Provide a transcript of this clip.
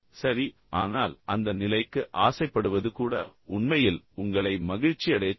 சரி ஆனால் அந்த நிலைக்கு ஆசைப்படுவது கூட உண்மையில் உங்களை மகிழ்ச்சியடையச் செய்யும்